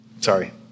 sorry